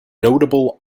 notable